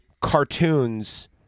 cartoons